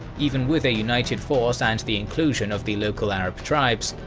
even with a united force and the inclusion of the local arab tribes,